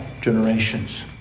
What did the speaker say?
generations